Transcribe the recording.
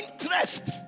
interest